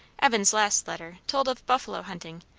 evan's last letter told of buffalo hunting,